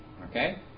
Okay